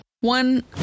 One